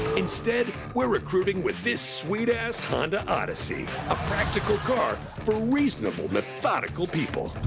instead, we're recruiting with this sweet-ass honda odyssey. a practical car for reasonable, methodical people.